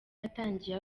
yatangiye